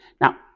Now